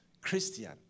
Christian